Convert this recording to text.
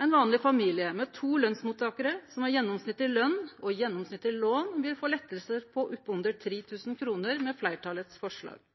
Ein vanleg familie med to lønsmottakarar, som har gjennomsnittleg løn og gjennomsnittleg lån, vil få lettar på opp under 3 000 kr med fleirtalet sitt forslag.